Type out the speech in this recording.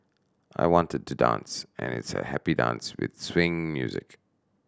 I wanted to dance and it's a happy dance with swing music